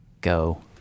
go